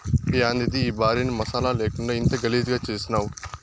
యాందిది ఈ భార్యని మసాలా లేకుండా ఇంత గలీజుగా చేసినావ్